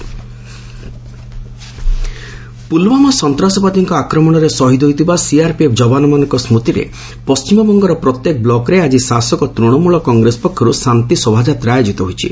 ଯବାନ୍ସ କୋଲ୍କାତା ପ୍ରଲ୍ଓ୍ୱାମା ସନ୍ତାସବାଦୀଙ୍କ ଆକ୍ରମଣରେ ଶହୀଦ୍ ହୋଇଥିବା ସିଆର୍ପିଏଫ୍ ଯବାନମାନଙ୍କ ସ୍କୁତିରେ ପଣ୍ଟିମବଙ୍ଗର ପ୍ରତ୍ୟେକ ବ୍ଲକ୍ରେ ଆଜି ଶାସକ ତୂଣମୂଳ କଂଗ୍ରେସ ପକ୍ଷରୁ ଶାନ୍ତି ଶୋଭାଯାତ୍ରା ଆୟୋଜିତ ହୋଇଛି